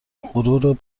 غرور